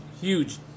huge